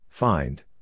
Find